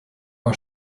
are